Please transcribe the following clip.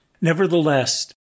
Nevertheless